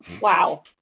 Wow